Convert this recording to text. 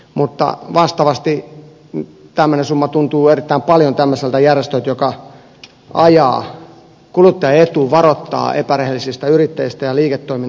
mutta vastaavasti tämmöinen summa tuntuu erittäin paljon tämmöisellä järjestöllä joka ajaa kuluttajan etuja varoittaa epärehellisistä yrittäjistä ja liiketoiminnasta